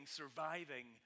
surviving